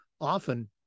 often